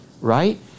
right